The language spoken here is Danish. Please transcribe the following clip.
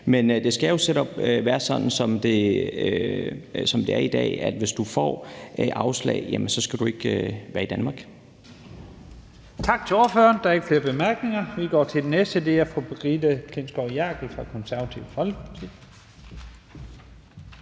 men det skal jo altså være sådan, som det er i dag, at du, hvis du får afslag, ikke skal være i Danmark.